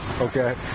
okay